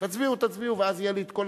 תצביעו, תצביעו, ואז תהיה לי כל הרשימה.